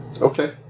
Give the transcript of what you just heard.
Okay